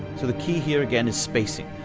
so the key here again is spacing.